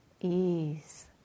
Ease